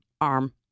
arm